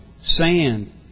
sand